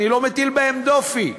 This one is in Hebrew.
אני לא מטיל בהם דופי.